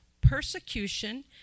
persecution